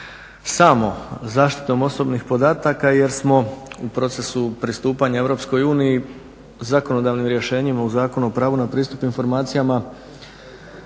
samo zaštitom osobnih podataka jer smo u procesu pristupanja EU zakonodavnim rješenjima u Zakonu o pravu na pristup informacijama